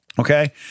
Okay